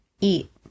eat